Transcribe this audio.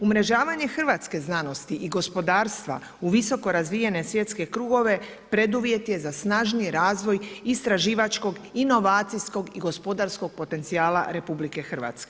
Umrežavanje hrvatske znanosti i gospodarstva u visoko razvijene svjetske krugove preduvjet je za snažniji razvoj istraživačkog, inovacijskog i gospodarskog potencijala RH.